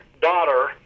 daughter